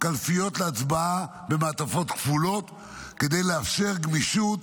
קלפיות להצבעה במעטפות כפולות כדי לאפשר גמישות,